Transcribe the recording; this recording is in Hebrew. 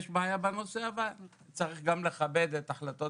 יש בעיה בנושא אבל צריך גם לכבד את החלטות